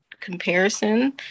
comparison